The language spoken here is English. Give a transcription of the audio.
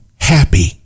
happy